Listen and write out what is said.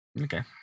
Okay